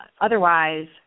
otherwise